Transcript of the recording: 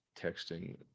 texting